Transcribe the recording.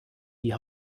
die